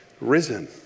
risen